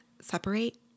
separate